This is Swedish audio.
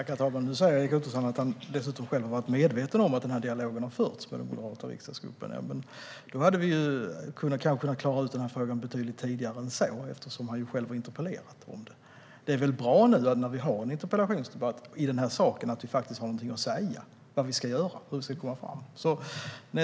Herr talman! Nu säger Erik Ottoson att han själv har varit medveten om att denna dialog har förts med den moderata riksdagsgruppen. Då hade vi kanske kunnat klara ut frågan betydligt tidigare eftersom han ju själv har interpellerat om den. Det är väl bra att vi nu, när vi har en interpellationsdebatt om saken, faktiskt har något att säga om vad vi ska göra och hur vi ska gå fram?